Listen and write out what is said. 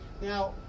Now